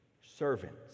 servants